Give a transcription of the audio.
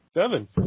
Seven